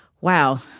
wow